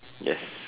yes